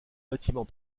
bâtiment